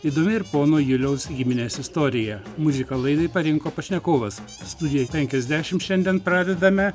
įdomi ir pono juliaus giminės istorija muziką laidai parinko pašnekovas studijoj penkiasdešimt šiandien pradedame